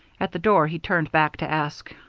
at the door he turned back to ask,